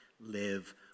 live